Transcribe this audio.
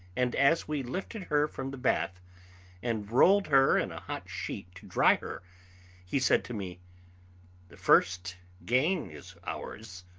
and as we lifted her from the bath and rolled her in a hot sheet to dry her he said to me the first gain is ours!